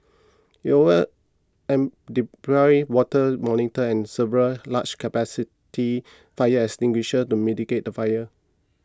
it over an deployed water monitors and several large capacity fire extinguishers to mitigate the fire